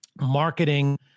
marketing